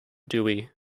dewey